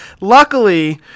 luckily